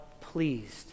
pleased